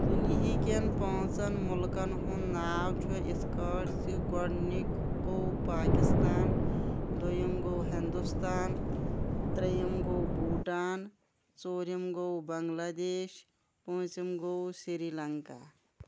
دُنیہکٮ۪ن پانٛژن مُلکن ہُنٛد ناو چھُ یِتھ کٲٹھۍ زِ گۄڈٕنِکۍ گوٚو پِاکِستان دٔیُم گوٚو ہِنٛدُستان تریُم گوٚو بوٗٹان ژوٗرٕم گوٚو بنگلہ دیش پوٗنژِم گوٚو سری لنٛکا